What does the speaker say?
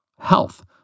health